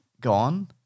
gone